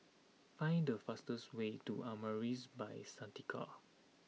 find the fastest way to Amaris By Santika